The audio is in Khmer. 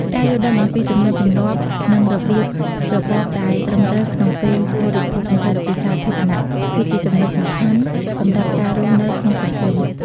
ការយល់ដឹងអំពីទំនៀមទម្លាប់ និងរបៀបរបបដែលត្រឹមត្រូវក្នុងពេលបរិភោគម្ហូបជាសាធារណៈ គឺជាចំណុចសំខាន់សម្រាប់ការរស់នៅក្នុងសង្គម។